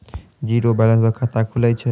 Zero balance पर खाता खुले छै?